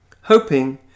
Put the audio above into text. hoping